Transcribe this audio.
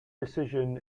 decision